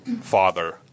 Father